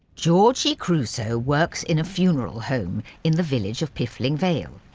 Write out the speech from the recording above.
georgie crusoe works in a funeral home in the village of piffling vale.